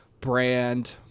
brand